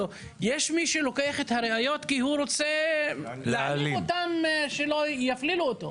יש מי שלוקח את הראיות כי הוא רוצה להעלים אותם שלא יפלילו אותו,